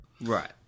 Right